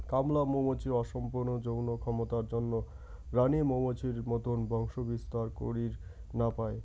কামলা মৌমাছির অসম্পূর্ণ যৌন ক্ষমতার জইন্যে রাণী মৌমাছির মতন বংশবিস্তার করির না পায়